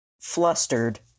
Flustered